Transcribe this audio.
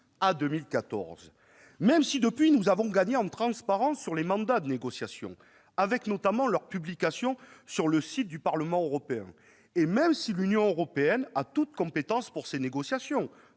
à 2014. Même si, depuis lors, nous avons gagné en transparence sur les mandats de négociation, avec notamment leur publication sur le site du Parlement européen, ... Tout à fait !... et, même si l'Union européenne a toute compétence pour ces négociations